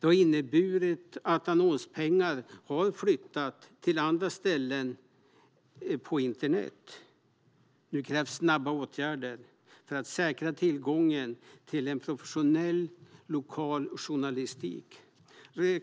Det har inneburit att annonspengar har flyttat till andra ställen på internet. Nu krävs snabba åtgärder för att säkra tillgången till en professionell lokal journalistik.